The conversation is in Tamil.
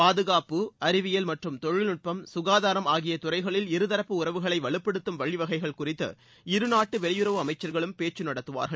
பாதுகாப்பு அறிவியல் மற்றும் தொழில்நுட்பம் சுகாதாரம் ஆகிய துறைகளில் இருதரப்பு உறவுகளை வலுப்படுத்தும் வழிவகைகள் குறித்து இருநாட்டு வெளியுறவு அமைச்சர்களும் பேச்சு நடத்துவார்கள்